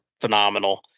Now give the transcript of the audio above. phenomenal